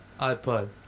iPod